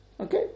Okay